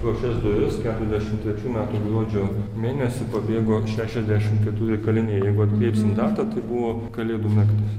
pro šias duris keturiasdešim trečių metų gruodžio mėnesį pabėgo šešiasdešimt keturi kaliniai jeigu atkreipsim datą tai buvo kalėdų naktis